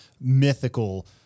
mythical